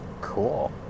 Cool